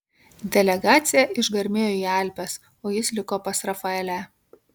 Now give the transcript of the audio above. delegacija išgarmėjo į alpes o jis liko pas rafaelę